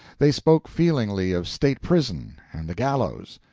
they spoke feelingly of state prison and the gallows.